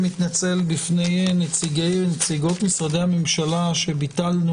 אני מתנצל בפני נציגי ונציגות משרדי הממשלה שביטלנו